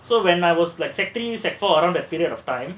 so when I was like secondary three secondary four around that period of time